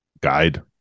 guide